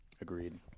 agreed